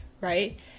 right